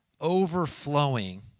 overflowing